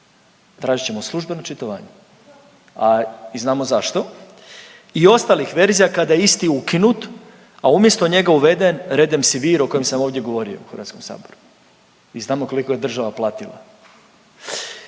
tražit ćemo službeno očitovanje, a i znamo zašto, i ostalih verzija, kada je isti ukinut, a umjesto njega uveden redemsivir o kojem sam ovdje govorio u HS-u i znamo koliko je država platila.